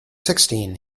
sixteen